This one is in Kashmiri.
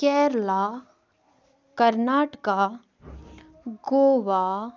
کٮ۪رلا کَرناٹکا گُوا